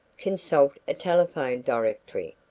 consult a telephone directory,